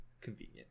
convenient